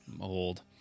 old